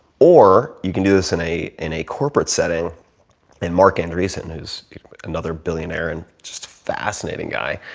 or you can do this in a in a corporate setting and marc andreessen who's another billionaire and just fascinating guy,